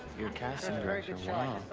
you're a casting director,